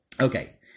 Okay